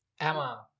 Emma